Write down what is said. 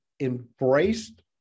embraced